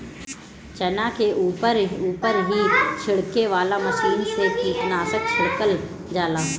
चना के ऊपर ऊपर ही छिड़के वाला मशीन से कीटनाशक छिड़कल जाला